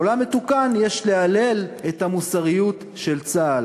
בעולם מתוקן יש להלל את המוסריות של צה"ל.